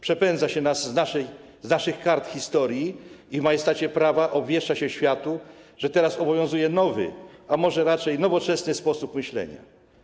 Przepędza się nas z naszych kart historii i w majestacie prawa obwieszcza się światu, że teraz obowiązuje nowy, a może raczej nowoczesny sposób myślenia.